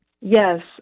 Yes